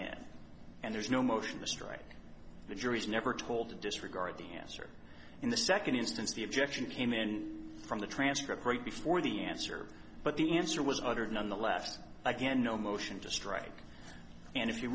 in and there's no motion to strike the jury's never told to disregard the answer in the second instance the objection came in from the transcript right before the answer but the answer was uttered on the left again no motion to strike and if you